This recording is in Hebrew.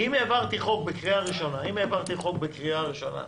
כי אם העברתי חוק בקריאה ראשונה,